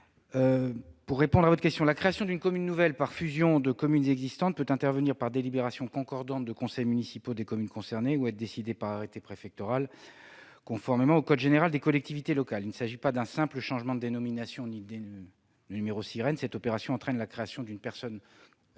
la sénatrice, la création d'une commune nouvelle par fusion de communes existantes peut intervenir par délibérations concordantes des conseils municipaux des communes concernées ou être décidée par arrêté préfectoral, conformément au code général des collectivités territoriales. Il ne s'agit pas d'un simple changement de dénomination ni de numéro Siren : cette opération entraîne la création d'une personne